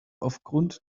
aufgrund